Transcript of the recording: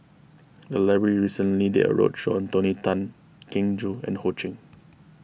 the library recently did a roadshow on Tony Tan Keng Joo and Ho Ching